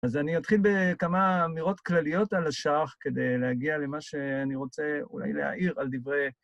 אז אני אתחיל בכמה אמירות כלליות על הש"ך כדי להגיע למה שאני רוצה אולי להעיר על דברי...